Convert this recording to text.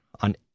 on